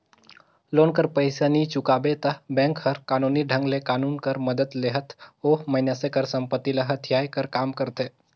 loan कर पइसा नी चुकाबे ता बेंक हर कानूनी ढंग ले कानून कर मदेत लेहत ओ मइनसे कर संपत्ति ल हथियाए कर काम करथे